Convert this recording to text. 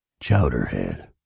Chowderhead